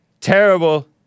Terrible